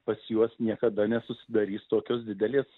pas juos niekada nesusidarys tokios didelės